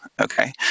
Okay